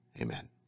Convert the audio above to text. Amen